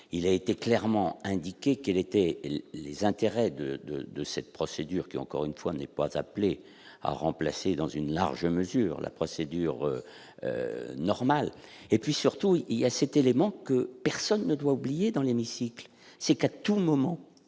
il a été clairement indiqué quels étaient les intérêts de de de cette procédure qui, encore une fois n'est pas appelé à remplacer, dans une large mesure la procédure normale et puis surtout, il y a, c'était dément que personne ne doit oublier dans l'hémicycle, c'est qu'à tout moment,